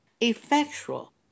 Effectual